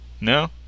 No